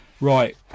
Right